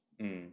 mm